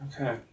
Okay